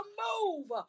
move